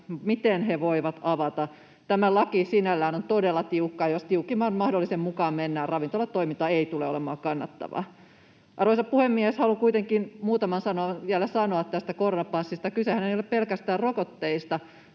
miten he voivat avata. Tämä laki sinällään on todella tiukka. Jos tiukimman mahdollisen mukaan mennään, ravintolatoiminta ei tule olemaan kannattavaa. Arvoisa puhemies! Haluan kuitenkin muutaman sanan vielä sanoa tästä koronapassista. Kysehän ei ole pelkästään rokotteista.